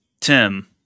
Tim